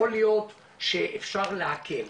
יכול להיות שאפשר להקל,